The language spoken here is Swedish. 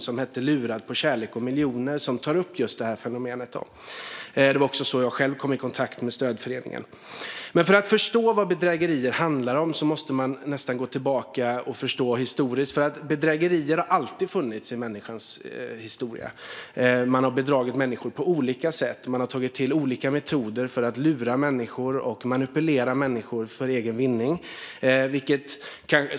Den heter Lurad på kärlek och miljoner och tar upp just detta fenomen. Det var också så jag själv kom i kontakt med stödföreningen. För att förstå vad bedrägerier handlar om måste man nästan gå tillbaka och förstå det historiskt, för bedrägerier har alltid funnits i människans historia. Man har bedragit människor på olika sätt, och man har tagit till olika metoder för att lura människor och manipulera dem för egen vinning.